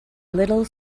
little